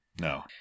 no